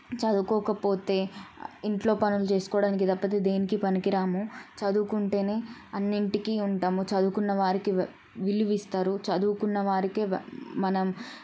చదువుకోకపోతే ఇంట్లో పనులు చేసుకోవడానికి తప్పతే దేనికీ పనికి రాము చదువుకుంటేనే అన్నింటికీ ఉంటాము చదువుకున్నవారికి వ విలువిస్తారు చదువుకున్న వారికే వ్యా మనం